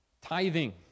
tithing